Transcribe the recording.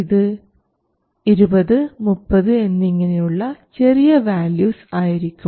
ഇത് 20 30 എന്നിങ്ങനെയുള്ള ചെറിയ വാല്യൂസ് ആയിരിക്കും